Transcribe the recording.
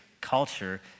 culture